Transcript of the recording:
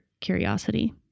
curiosity